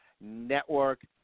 Network